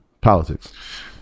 politics